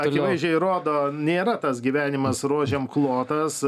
akivaizdžiai rodo nėra tas gyvenimas rožėm klotas